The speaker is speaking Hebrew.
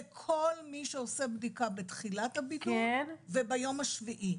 לכל מי שעושה בדיקה בתחילת הבידוד וביום השביעי.